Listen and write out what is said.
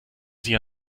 sie